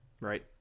Right